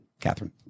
Catherine